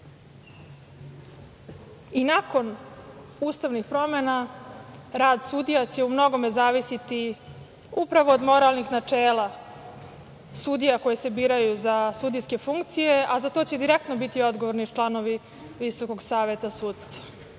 nakon ustavnih promena, rad sudija će u mnogome zavisiti upravo od moralnih načela sudija koji se biraju za sudijske funkcije, a za to će direktno biti odgovorni članovi VSS.Ja ne mogu, a